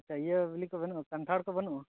ᱟᱪᱪᱷᱟ ᱤᱭᱟᱹ ᱵᱤᱞᱤ ᱠᱚ ᱵᱟᱹᱱᱩᱜᱼᱟ ᱠᱟᱱᱴᱷᱟᱲ ᱠᱚ ᱵᱟᱹᱱᱩᱜᱼᱟ